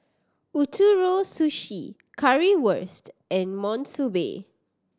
Ootoro Sushi Currywurst and Monsunabe